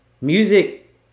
music